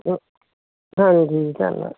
okay ਹਾਂਜੀ ਧੰਨਵਾਦ